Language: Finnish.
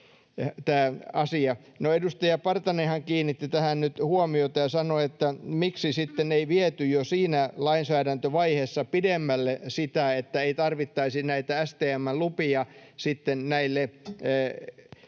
hyvin. No, edustaja Partanenhan kiinnitti tähän nyt huomiota ja sanoi, että miksi sitten ei viety jo siinä lainsäädäntövaiheessa pidemmälle sitä, että ei tarvittaisi näitä STM:n lupia sitten